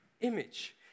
image